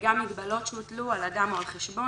גם מגבלות שהוטלו על אדם או על חשבון,